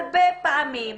הרבה פעמים,